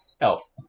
elf